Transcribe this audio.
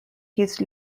his